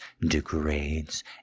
degrades